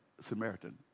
Samaritan